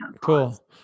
Cool